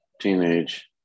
Teenage